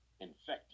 infected